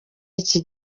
iki